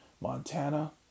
Montana